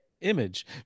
image